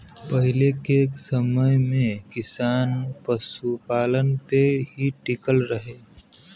पहिले के समय में किसान पशुपालन पे ही टिकल रहे